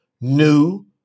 new